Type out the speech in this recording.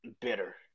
bitter